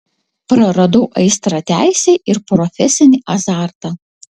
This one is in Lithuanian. praradau aistrą teisei ir profesinį azartą